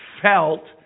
Felt